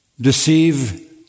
deceive